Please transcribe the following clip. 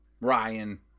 Ryan